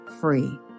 free